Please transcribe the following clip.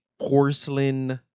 porcelain